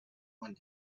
one